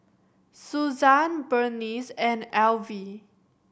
Suzann Burnice and Alvie